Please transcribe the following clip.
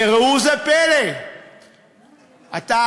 וראו זה פלא, למבשרת.